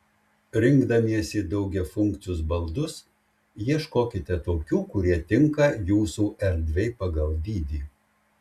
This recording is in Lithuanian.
rinkdamiesi daugiafunkcius baldus ieškokite tokių kurie tinka jūsų erdvei pagal dydį